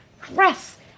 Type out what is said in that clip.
dress